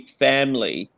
family